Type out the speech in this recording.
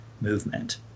movement